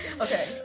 Okay